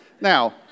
Now